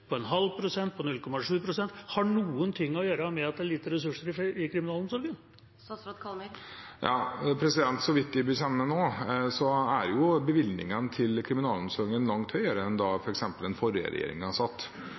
på 0,5 pst., på 0,7 pst., har noe å gjøre med at det er lite ressurser i kriminalomsorgen? Så vidt jeg kjenner til nå, er bevilgningene til kriminalomsorgen langt høyere enn da f.eks. den forrige regjeringen satt.